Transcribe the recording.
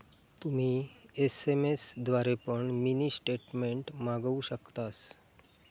तुम्ही एस.एम.एस द्वारे पण मिनी स्टेटमेंट मागवु शकतास